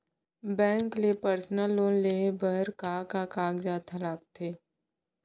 Bank ले personal loan लेये बर का का कागजात ह लगथे?